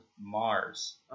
Mars